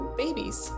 babies